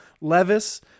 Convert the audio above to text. Levis